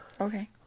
Okay